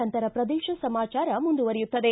ನಂತರ ಪ್ರದೇಶ ಸಮಾಚಾರ ಮುಂದುವರಿಯುತ್ತದೆ